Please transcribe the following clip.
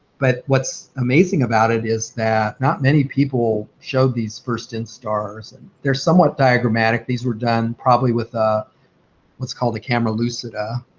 but what's amazing about it is that not many people show these first instars. and they're somewhat diagrammatic. these were done probably with ah what's called a camera lucida,